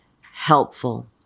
helpful